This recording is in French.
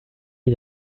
est